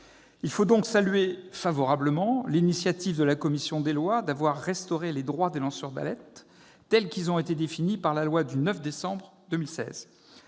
Il faut donc saluer favorablement l'initiative de la commission des lois, qui a restauré les droits des lanceurs d'alerte, tels qu'ils ont été définis par la loi du 9 décembre 2016.